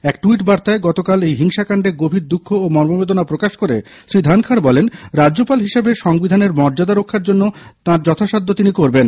এক ট্যুইট বার্তায় গতকাল এই হিংসাকান্ডে গভীর দুঃখ ও মর্মববেদনা প্রকাশ করে শ্রী ধনখড় বলেন রাজ্যপাল হিসাবে সংবিধানের মর্যাদা রক্ষার জন্য তার যথাসাধ্য তিনি করবেন